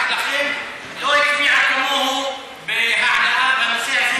שלכם לא הצביעה כמוהו בהעלאת הנושא הזה,